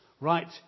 right